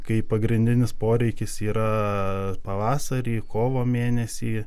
kai pagrindinis poreikis yra pavasarį kovo mėnesį